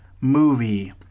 movie